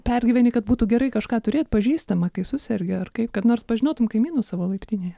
pergyveni kad būtų gerai kažką turėt pažįstamą kai susergi ar kaip kad nors pažinotum kaimynus savo laiptinėje